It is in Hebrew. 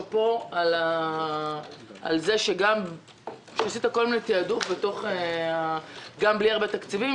שאפו על כך שעשית תעדוף גם בלי הרבה תקציבים,